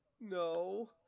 No